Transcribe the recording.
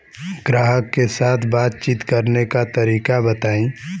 ग्राहक के साथ बातचीत करने का तरीका बताई?